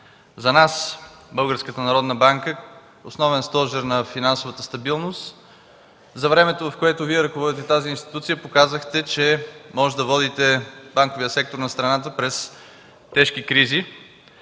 банка е основен стожер на финансовата стабилност. За времето, в което Вие ръководите тази институция, показахте, че можете да водите банковия сектор на страната през тежки кризи.